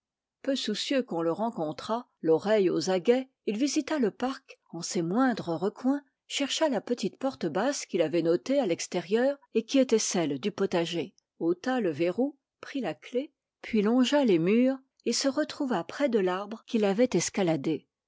peu soucieux qu'on le rencontrât l'oreille aux aguets il visita le parc en ses moindres recoins chercha la petite porte basse qu'il avait notée à l'extérieur et qui était celle du potager ôta le verrou prit la clef puis longea les murs et se retrouva près de l'arbre qu'il avait escaladé